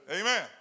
Amen